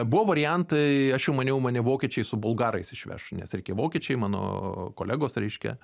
buvo variantai aš jau maniau mane vokiečiai su bulgarais išveš nes vokiečiai mano kolegos reiškia